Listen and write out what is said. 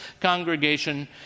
congregation